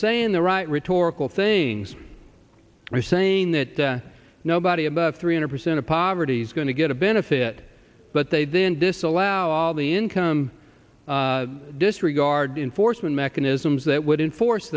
saying the right rhetorical things are saying that nobody about three hundred percent of poverty is going to get a benefit but they then disallow all the income disregard enforcement mechanisms that would enforce